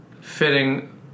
fitting